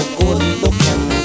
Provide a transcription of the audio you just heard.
good-looking